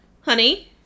honey